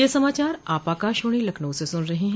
ब्रे क यह समाचार आप आकाशवाणी लखनऊ से सुन रहे हैं